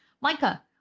Micah